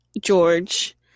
George